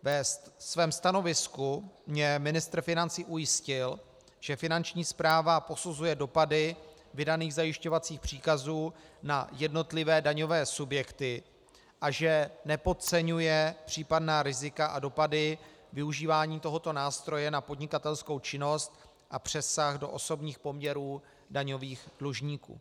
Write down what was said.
Ve svém stanovisku mě ministr financí ujistil, že Finanční správa posuzuje dopady vydaných zajišťovacích příkazů na jednotlivé daňové subjekty a že nepodceňuje případná rizika a dopady využívání tohoto nástroje na podnikatelskou činnost a přesah do osobních poměrů daňových dlužníků.